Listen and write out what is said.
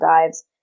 dives